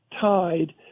tied